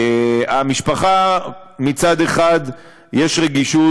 למשפחה מצד אחד יש רגישות,